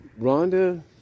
Rhonda